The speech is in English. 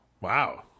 Wow